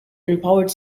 empowered